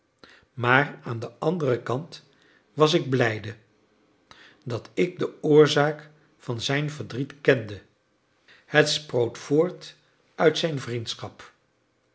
maar aan den anderen kant was ik blijde dat ik de oorzaak van zijn verdriet kende het sproot voort uit zijn vriendschap